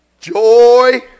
joy